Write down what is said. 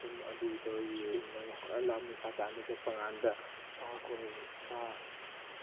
ꯈꯨꯟ ꯑꯗꯨꯗꯒꯤ ꯃꯣꯏ ꯈꯔ ꯂꯥꯞꯅ ꯁꯥ ꯇꯥꯟꯕ ꯆꯠꯄꯀꯥꯟꯗ ꯁꯥ ꯈꯣꯏ ꯁꯥ